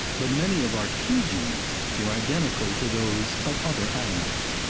but many of our key genes were identical to those of other animals.